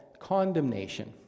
condemnation